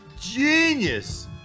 Genius